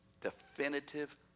definitive